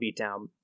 beatdown